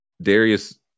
Darius